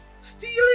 Stealing